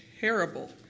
terrible